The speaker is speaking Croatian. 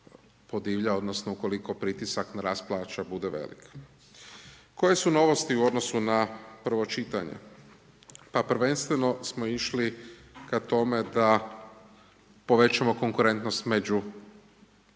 podivlja odnosno ukoliko pritisak na rast plaća bude velik. Koje su novosti u odnosu na prvo čitanje, pa prvenstveno smo išli ka tome da povećamo konkurentnost među